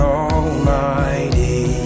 almighty